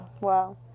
Wow